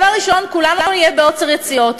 דבר ראשון, כולנו נהיה בעוצר יציאות,